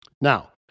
Now